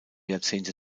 jahrzehnte